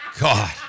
God